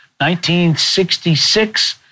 1966